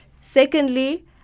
Secondly